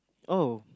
oh